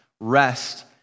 rest